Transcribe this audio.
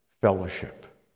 fellowship